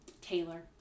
Taylor